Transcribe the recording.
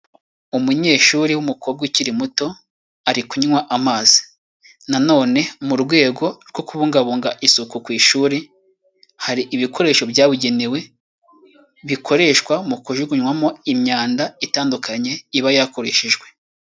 Umunyeshuri w'umukobwa ukiri muto ari kunywa amazi. Na none mu rwego rwo kubungabunga isuku ku ishuri, hari ibikoresho byabugenewe, bikoreshwa mu kujugunywamo imyanda itandukanye iba yakoreshejwe.